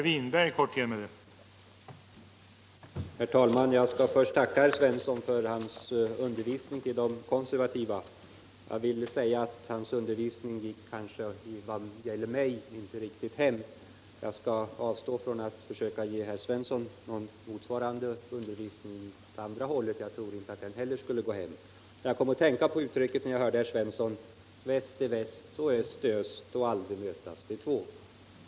Herr talman! Jag skall först tacka herr Svensson i Malmö för hans undervisning av oss konservativa. Vad gäller mig gick den kanske inte riktigt hem. Jag skall emellertid avstå från att försöka ge herr Svensson någon motsvarande undervisning från vårt håll — jag tror nämligen inte att den heller skulle gå hem. När jag hörde herr Svensson tala kom jag att tänka på uttrycket ”Väst är väst och öst är öst, och aldrig mötas de två”.